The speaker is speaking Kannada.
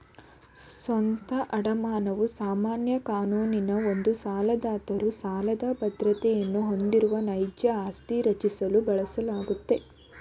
ಸ್ವಂತ ಅಡಮಾನವು ಸಾಮಾನ್ಯ ಕಾನೂನಿನ ಒಂದು ಸಾಲದಾತರು ಸಾಲದ ಬದ್ರತೆಯನ್ನ ಹೊಂದಿರುವ ನೈಜ ಆಸ್ತಿ ರಚಿಸಲು ಬಳಸಲಾಗುತ್ತೆ